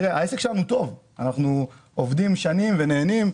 העסק שלנו טוב, אנחנו עובדים שנים ונהנים.